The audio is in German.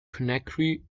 conakry